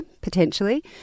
potentially